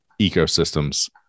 ecosystems